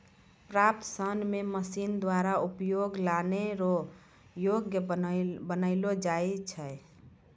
प्राप्त सन से मशीन द्वारा उपयोग लानै रो योग्य बनालो जाय छै